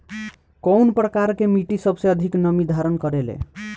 कउन प्रकार के मिट्टी सबसे अधिक नमी धारण करे ले?